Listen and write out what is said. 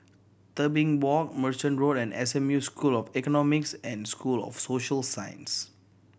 Tebing Walk Merchant Road and S M U School of Economics and School of Social Sciences